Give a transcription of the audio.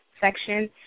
section